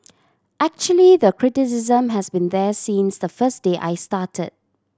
actually the criticism has been there since the first day I started